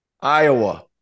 Iowa